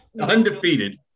undefeated